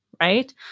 right